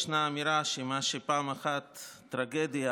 ישנה אמירה שמה שפעם אחת הוא טרגדיה,